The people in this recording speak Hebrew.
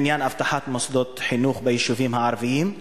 בעניין אבטחת מוסדות חינוך ביישובים הערביים,